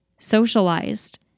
socialized